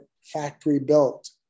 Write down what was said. factory-built